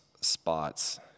spots